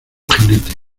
jinete